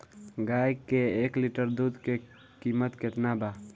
गाय के एक लीटर दुध के कीमत केतना बा?